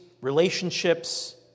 relationships